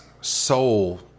soul